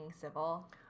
civil